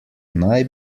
naj